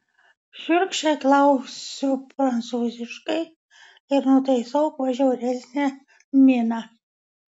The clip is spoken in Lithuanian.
šiurkščiai klausiu prancūziškai ir nutaisau kuo žiauresnę miną